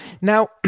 Now